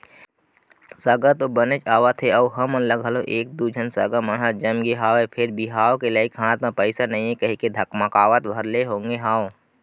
सगा तो बनेच आवथे अउ हमन ल घलौ एक दू झन सगा मन ह जमगे हवय फेर बिहाव के लइक हाथ म पइसा नइ हे कहिके धकमकावत भर ले होगे हंव